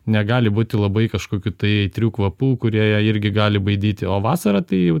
negali būti labai kažkokių tai aitrių kvapų kurie ją irgi gali baidyti o vasarą tai jau